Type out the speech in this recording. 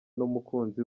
n’umukunzi